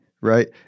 right